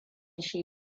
shi